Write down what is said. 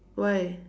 why